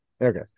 okay